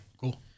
Cool